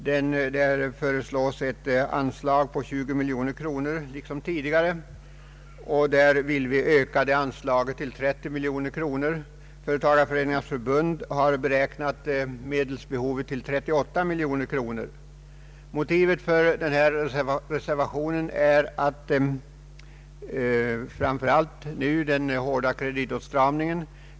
Utskottet föreslår ett anslag på 20 miljoner kronor liksom tidigare, och vi vill öka det anslaget till 30 miljoner kronor. Företagareföreningarnas förbund har beräknat medelsbehovet till 38 miljoner kronor. Motivet för denna reservation är framför allt den hårda kreditåtstramningen.